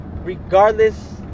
Regardless